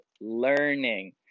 learning